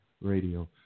Radio